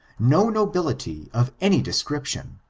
no nobility of any description,